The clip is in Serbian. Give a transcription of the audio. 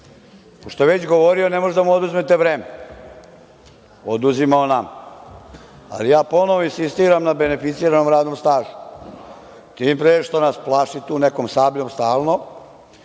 Pošto je već govorio, ne možete da mu oduzmete vreme, ali oduzima on nama. Ja ponovo insistiram na beneficiranom radnom stažu, tim pre što nas plaši tu nekom „Sabljom“ stalno